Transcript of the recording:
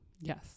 Yes